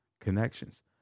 connections